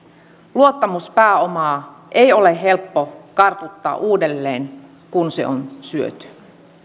luottamuspääomaa ei ole helppo kartuttaa uudelleen kun se on syöty